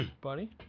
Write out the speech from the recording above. Buddy